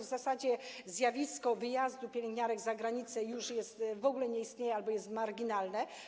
W zasadzie zjawisko wyjazdu pielęgniarek za granicę w ogóle nie istnieje albo jest marginalne.